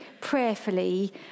prayerfully